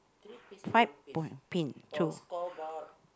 five p~ pin two